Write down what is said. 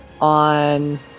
on